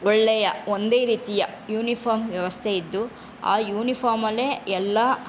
ಒಳ್ಳೆಯ ಒಂದೇ ರೀತಿಯ ಯುನಿಫಾರ್ಮ್ ವ್ಯವಸ್ಥೆ ಇದ್ದು ಆ ಯೂನಿಫಾರ್ಮಲ್ಲೇ ಎಲ್ಲ